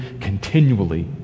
continually